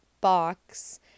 box